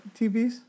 TVs